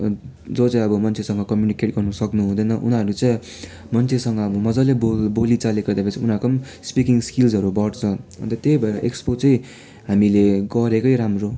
जो चाहिँ अब मान्छेसँग कम्युनिकेट गर्नु सक्नु हुँदैन उनीहरू चाहिँ मान्छेसँग अब मजाले बोल बोलीचाली गर्दाखेरि चाहिँ उनीहरूको पनि स्पिकिङ स्किल्सहरू बढ्छ अन्त त्यही भएर एक्सपो चाहिँ हामीले गरेकै राम्रो